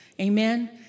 Amen